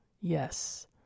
Yes